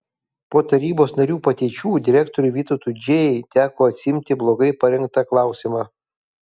po tarybos narių patyčių direktoriui vytautui džėjai teko atsiimti blogai parengtą klausimą